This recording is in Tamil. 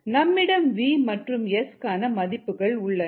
நம்மிடம் v மற்றும் S கான மதிப்புகள் உள்ளன